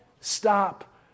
stop